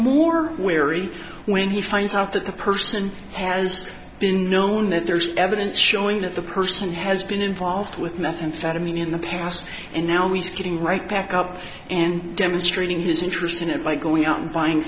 more wary when he finds out that the person has been known that there's evidence showing that the person has been involved with methamphetamine in the past and now he's getting right back up and demonstrating his interest in it by going out and buying